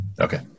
Okay